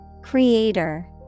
Creator